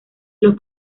los